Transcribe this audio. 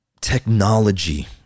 technology